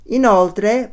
Inoltre